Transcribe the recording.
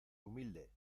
humilde